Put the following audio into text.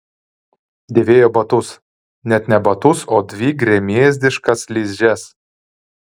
dėvėjo batus net ne batus o dvi gremėzdiškas ližes